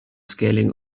scaling